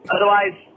Otherwise